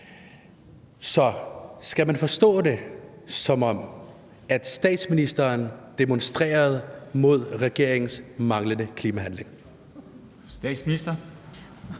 Skal man forstå det, som om statsministeren demonstrerede mod regeringens manglende klimahandling?